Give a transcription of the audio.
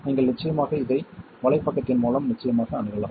நீங்கள் நிச்சயமாக இதை வலைப்பக்கத்தின் மூலம் நிச்சயமாக அணுகலாம்